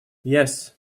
yes